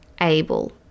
able